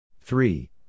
Three